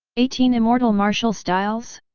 eighteen immortal martial styles?